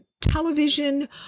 television